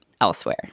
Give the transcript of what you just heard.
elsewhere